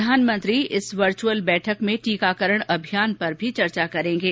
प्रधानमंत्री इस वर्चुअल बैठक में टीकाकरण अभियान पर चर्चा करेंगे